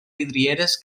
vidrieres